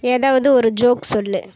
ஏதாவது ஒரு ஜோக் சொல்